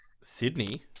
Sydney